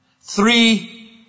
Three